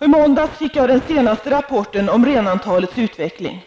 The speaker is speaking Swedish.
I måndags fick jag den senaste rapporten om renantalets utveckling.